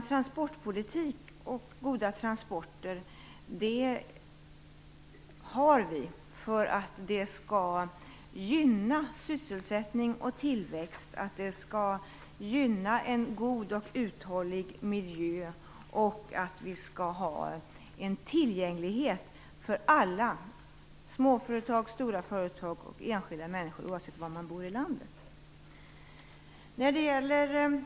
Transportpolitik och goda transporter har vi för att gynna sysselsättning och tillväxt, en god och uthållig miljö och tillgänglighet för alla - småföretag, stora företag och enskilda människor, oavsett var i landet de bor.